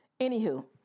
Anywho